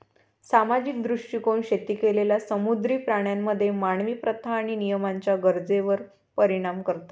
सामाजिक दृष्टीकोन शेती केलेल्या समुद्री प्राण्यांमध्ये मानवी प्रथा आणि नियमांच्या गरजेवर परिणाम करतात